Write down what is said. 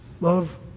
Love